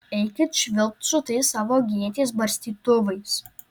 eikit švilpt su tais savo gėtės barstytuvais